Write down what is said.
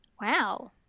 Wow